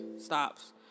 stops